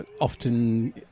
often